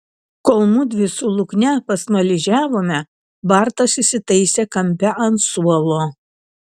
kol mudvi su lukne pasmaližiavome bartas įsitaisė kampe ant suolo